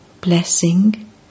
Blessing